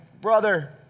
brother